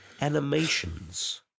animations